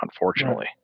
unfortunately